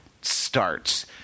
starts